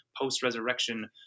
post-resurrection